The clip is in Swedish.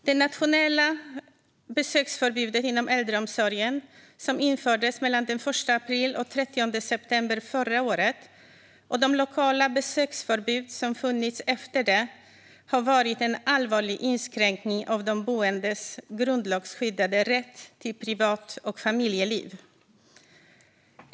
Det nationella besöksförbudet inom äldreomsorgen som infördes mellan den 1 april och den 30 september förra året och de lokala besöksförbud som funnits efter det har varit en allvarlig inskränkning av de boendes grundlagsskyddade rätt till privat och familjeliv.